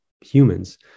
humans